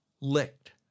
licked